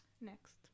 Next